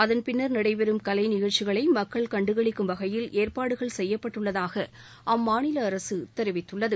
அதன்பின்னர் நடைபெறும் கலைநிகழ்ச்சிகளை மக்கள் கண்டுகளிக்கும் வகையில் பிரம்மாண்டமான ஏற்பாடுகள் செய்யப்பட்டுள்ளதாக அம்மாநில அரசு தெரிவித்துள்ளது